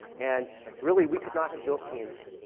and really we could not have built teams,